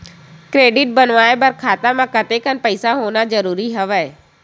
Credit बनवाय बर खाता म कतेकन पईसा होना जरूरी हवय?